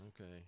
Okay